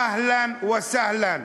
אהלן וסהלן.